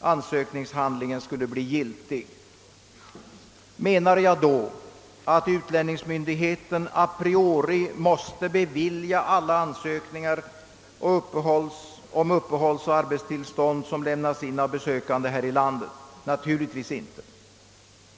ansökningshandlingen skulle bli giltig. Menar jag då att utlänningsmyndigheten a priori måste bevilja alla ansökningar om uppehållsoch arbetstillstånd vilka lämnas in av besökande här i landet? Naturligtvis inte.